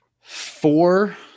four